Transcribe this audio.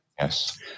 Yes